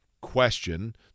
question